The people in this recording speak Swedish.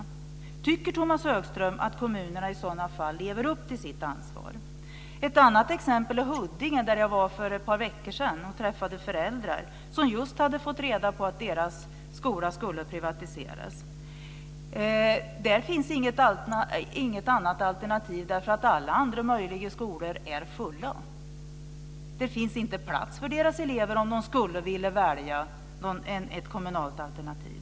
Tycker Tomas Högström att kommunen i sådana fall lever upp till sitt ansvar? Ett annat exempel är Huddinge där jag var för ett par veckor sedan och träffade föräldrar. De hade just fått reda på att deras skola skulle privatiseras. Där finns det inget annat alternativ. Alla de andra möjliga skolorna är fulla. Det finns inte plats för barnen om de skulle vilja välja ett kommunalt alternativ.